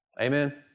Amen